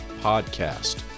podcast